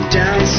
down